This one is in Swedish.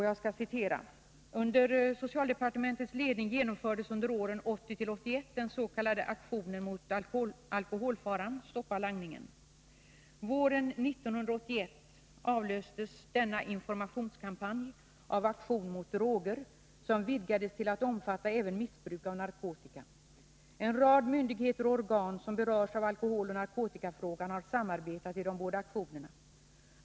Jag citerar: ”Under socialdepartementets ledning genomfördes under åren 1980-1981 den s.k. Aktionen mot alkoholfaran — Stoppa langningen. Våren 1981 avlöstes denna informationskampanj av Aktion mot droger, som vidgades till att omfatta även missbruk av narkotika. En rad myndigheter och organ, som berörs av alkoholoch narkotikafrågan, har samarbetat i de båda aktionerna.